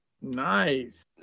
Nice